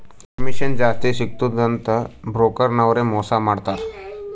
commission ಜಾಸ್ತಿ ಸಿಗ್ತುದ ಅಂತ್ ಬ್ರೋಕರ್ ನವ್ರೆ ಮೋಸಾ ಮಾಡ್ತಾರ್